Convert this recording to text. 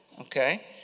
okay